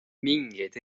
mingeid